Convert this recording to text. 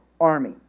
army